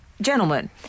gentlemen